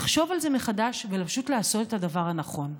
לחשוב על זה מחדש, ופשוט לעשות את הדבר הנכון.